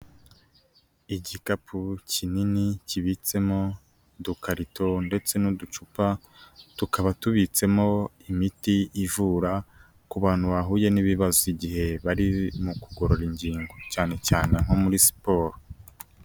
Igikapu kinini kibitsemo udukarito ndetse n'uducupa, tukaba tubitsemo imiti ivura ku bantu bahuye n'ibibazo igihe bari mu kugorora ingingo cyane cyane nko muri siporo.